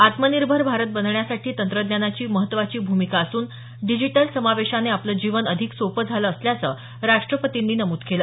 आत्मनिर्भर भारत बनण्यासाठी तंत्रज्ञानाची महत्वाची भूमिका असून डिजिटल समावेशाने आपलं जीवन अधिक सोपं झालं असल्याचं राष्टपतींनी नमूद केलं